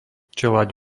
čeľaď